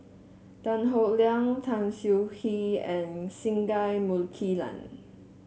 Tan Howe Liang Tan Siah Kwee and Singai Mukilan